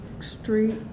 Street